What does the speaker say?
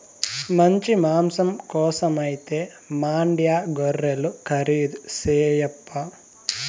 మంచి మాంసం కోసమైతే మాండ్యా గొర్రెలు ఖరీదు చేయప్పా